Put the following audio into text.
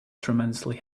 tremendously